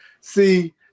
See